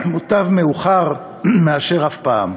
מוטב מאוחר מאשר אף פעם.